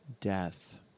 Death